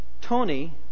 Tony